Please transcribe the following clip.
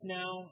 now